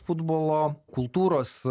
futbolo kultūros